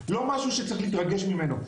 לא משהו שצריך להתרגש ממנו.